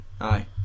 Aye